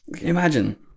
imagine